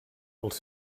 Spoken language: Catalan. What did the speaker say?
els